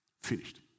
finished